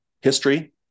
history